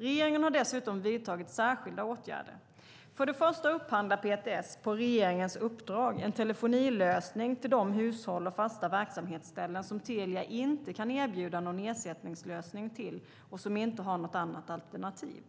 Regeringen har dessutom vidtagit särskilda åtgärder. För det första upphandlar PTS på regeringens uppdrag en telefonilösning till de hushåll och fasta verksamhetsställen som Telia inte kan erbjuda någon ersättningslösning och som inte har något annat alternativ.